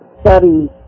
study